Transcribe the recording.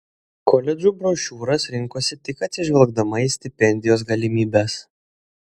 koledžų brošiūras rinkosi tik atsižvelgdama į stipendijos galimybes